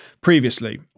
previously